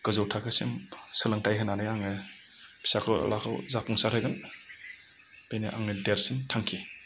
गोजौ थाखोसिम सोलोंथाय होनानै आङो फिसाज्लाखौ जाफुंसार होगोन बेनि आंनि देरसिन थांखि